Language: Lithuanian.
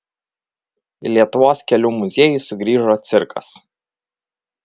į lietuvos kelių muziejų sugrįžo cirkas